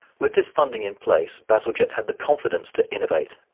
with this funding in place bazalgette had the confidence to innovate.